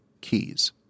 keys